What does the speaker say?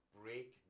break